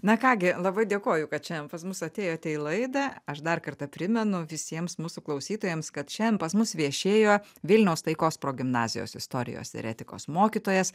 na ką gi labai dėkoju kad šiandien pas mus atėjote į laidą aš dar kartą primenu visiems mūsų klausytojams kad šianien pas mus viešėjo vilniaus taikos progimnazijos istorijos ir etikos mokytojas